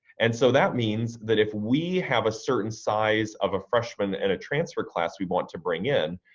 and so that means that if we have a certain size of a freshman and a transfer class we want to bring in,